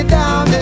down